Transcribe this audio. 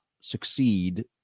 succeed